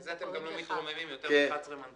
בגלל זה אתם גם לא מתרוממים ליותר מ-11 מנדטים.